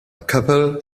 couple